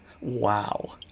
Wow